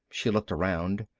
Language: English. she looked around.